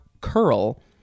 curl